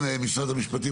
כן, משרד הפנים.